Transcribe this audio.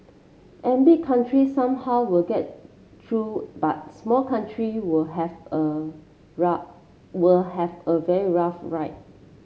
and big country somehow will get through but small country will have a will have a very rough ride